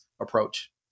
approach